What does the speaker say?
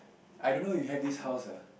I don't know you have this house eh